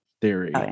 theory